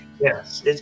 Yes